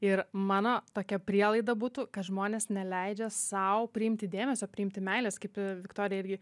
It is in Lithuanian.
ir mano tokia prielaida būtų kad žmonės neleidžia sau priimti dėmesio priimti meilės kaip viktorija irgi